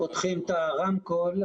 שלום,